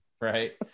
Right